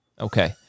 Okay